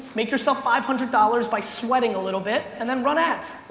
make yourself five hundred dollars by sweating a little bit and then run ads.